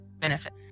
benefit